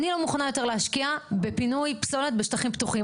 אני לא מוכנה יותר להשקיע בפינוי פסולת בשטחים פתוחים.